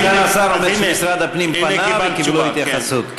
סגן השר אומר שמשרד הפנים פנה וקיבלו התייחסות.